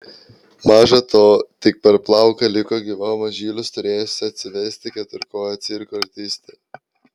maža to tik per plauką liko gyva mažylius turėjusi atsivesti keturkojė cirko artistė